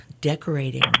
decorating